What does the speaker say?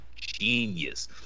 genius